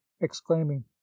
exclaiming